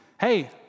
Hey